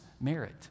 merit